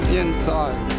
inside